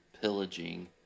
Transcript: pillaging